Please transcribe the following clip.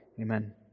Amen